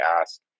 ask